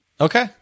Okay